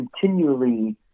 continually